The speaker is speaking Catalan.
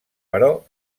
però